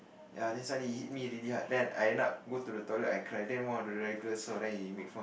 ya that's why it hit me really hard then I end up go to the toilet I cry then one of the regular saw then he make